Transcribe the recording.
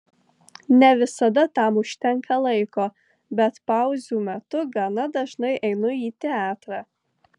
ne visada tam užtenka laiko bet pauzių metu gana dažnai einu į teatrą